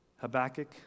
Habakkuk